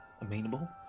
amenable